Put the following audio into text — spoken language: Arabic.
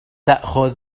تأخذ